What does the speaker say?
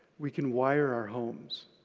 we can wire our homes.